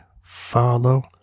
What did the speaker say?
follow